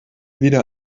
wieder